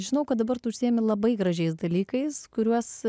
žinau kad dabar tu užsiimi labai gražiais dalykais kuriuos